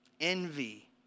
envy